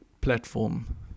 platform